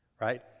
Right